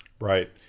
Right